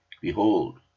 behold